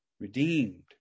Redeemed